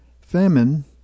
famine